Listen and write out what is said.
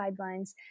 guidelines